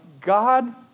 God